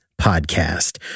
podcast